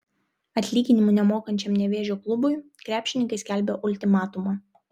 atlyginimų nemokančiam nevėžio klubui krepšininkai skelbia ultimatumą